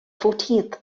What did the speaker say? fourteenth